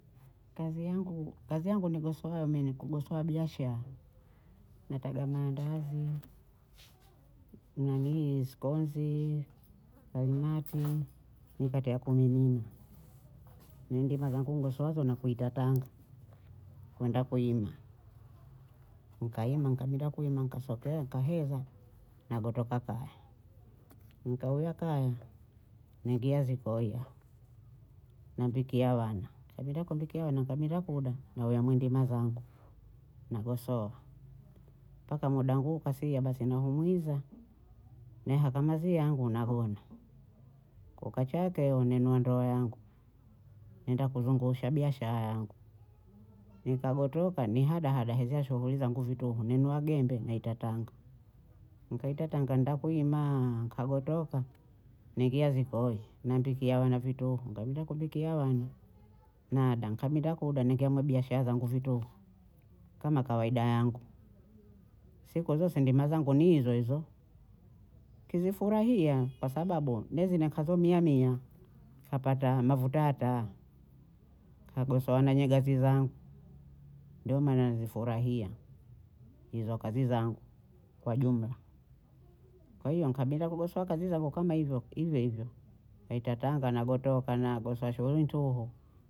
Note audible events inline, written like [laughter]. Kazi yangu, kazi yangu nigosoayo mi ni kugosowa biashaya, nataga mandazi, [hesitation] nanii skonzi, karimati, mikate ya kumimina ni ndima zangu nigosoazo na kuita tanga kwenda kuyima, nkayima nkabinda kuyima nkasokea nkaheza nagotoka kaya, nkauya kaya, naingia zikoi aho, nampikia wana, nikabinda kumpikia wana, nkabinda kuda naweya mwi ndima zangu nagosowa mpaka muda wangu ukafika basi nauhumwiza, nahaka mazi yangu nagona, kukicha keyo nenua ndoo yangu naenda kuzungusha biashaya yangu, nikagotoka ni hadahada heza shuguli zangu vituhu ninua gembe naita tanga, nkaita tanga naenda [hesitation] kuyimaaa nkagotoka naingia zikoi naandikia wana vituhu, nkabinda kumpikia wana nada, nkabinda kuda naingia mwe biashaya zangu vituhu kama kawaida yangu, siku zose ndima zangu ni hizohizo, kizifurahia kwa sababu ndo zinikazo miamia kapata mafuta ya taa, kagosowa na nyagazi zangu ndo maana nizifurahia hizo kazi zangu kwa jumla, kwa hiyo nkabinda kugosowa kazi zangu kama hivyo hivyohivyo kaita tanga nagotoka nagosowa shughuli ntuhu